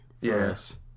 Yes